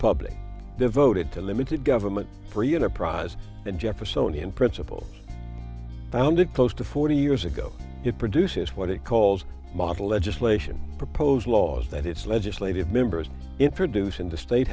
public devoted to limited government free enterprise the jeffersonian principle founded close to forty years ago it produces what it calls model legislation proposed laws that its legislative members introduce in the state